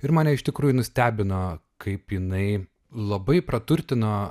ir mane iš tikrųjų nustebino kaip jinai labai praturtino